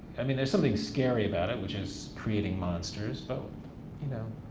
i mean, there's something scary about it which is creating monsters but you know,